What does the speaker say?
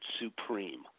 Supreme